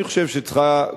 אני חושב שצריכה,